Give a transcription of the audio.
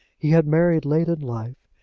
he had married late in life,